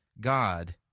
God